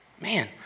man